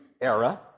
era